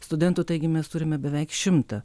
studentų taigi mes turime beveik šimtą